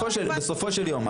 בסופו של יום,